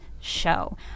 show